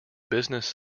business